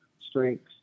strengths